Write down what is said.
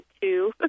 two